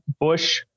Bush